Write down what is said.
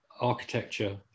architecture